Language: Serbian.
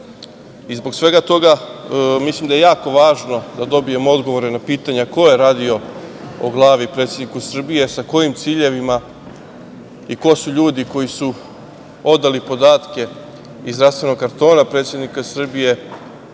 svega toga, mislim da je jako važno da dobijemo odgovore na pitanja ko je radio o glavi predsedniku Srbije, sa kojim ciljevima, ko su ljudi koji su odali podatke iz zdravstvenog kartona predsednika Srbije